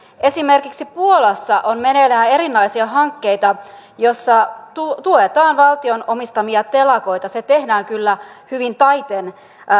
esimerkiksi puolassa on meneillään erilaisia hankkeita joissa tuetaan valtion omistamia telakoita se tehdään kyllä hyvin taiten